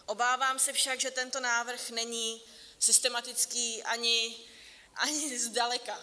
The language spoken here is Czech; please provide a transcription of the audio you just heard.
Obávám se však, že tento návrh není systematický ani zdaleka.